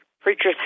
preachers